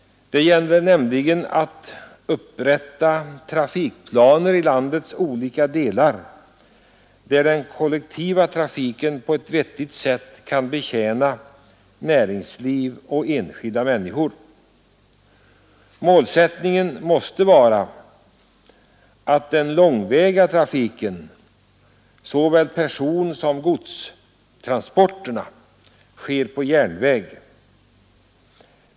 Det gäller nämligen att upprätta trafikplaner i landets olika delar så att den kollektiva trafiken på ett vettigt sätt kan betjäna näringsliv och enskilda människor. Målsättningen måste vara att den långväga trafiken, såväl personsom godstransporterna, sker på järnväg.